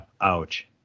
Ouch